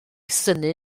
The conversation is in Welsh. synnu